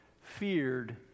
feared